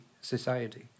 society